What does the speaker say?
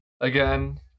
Again